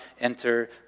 enter